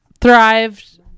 thrived